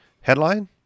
Headline